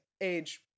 age